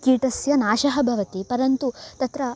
कीटस्य नाशः भवति परन्तु तत्र